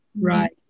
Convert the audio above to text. right